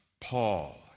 Paul